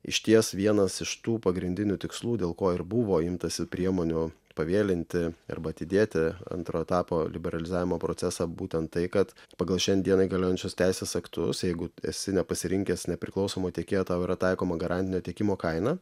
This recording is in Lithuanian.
išties vienas iš tų pagrindinių tikslų dėl ko ir buvo imtasi priemonių pavėlinti arba atidėti antro etapo liberalizavimo procesą būtent tai kad pagal šiandienai galiojančius teisės aktus jeigu esi nepasirinkęs nepriklausomo tiekėjo tau yra taikoma garantinio tiekimo kaina